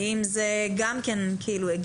האם זה גם כן הגיוני?